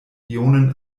ionen